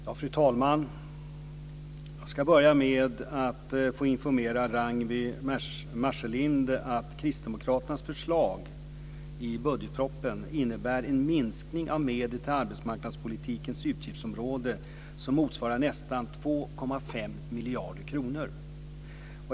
Fru talman! Jag ska börja med att informera Ragnwi Marcelind om att Kristdemokraternas förslag till budget innebär en minskning av medel till arbetsmarknadspolitikens utgiftsområde som motsvarar nästan 2,5 miljarder kronor.